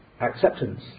acceptance